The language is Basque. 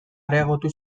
areagotu